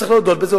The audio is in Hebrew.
צריך להודות בזה,